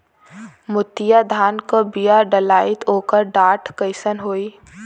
मोतिया धान क बिया डलाईत ओकर डाठ कइसन होइ?